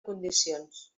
condicions